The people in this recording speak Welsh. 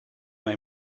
taw